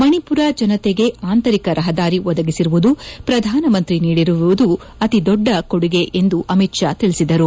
ಮಣಿಪುರ ಜನತೆಗೆ ಆಂತರಿಕ ರಹದಾರಿ ಒದಗಿಸಿರುವುದು ಪ್ರಧಾನಮಂತಿ ನೀಡಿರುವುದು ಅತಿ ದೊಡ್ಡ ಕೊಡುಗೆ ಎಂದು ಅಮಿತ್ ಷಾ ತಿಳಿಸಿದರು